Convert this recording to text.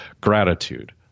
Gratitude